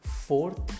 fourth